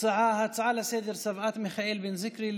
ההצעה לסדר-היום: צוואת מיכאל בן זיקרי,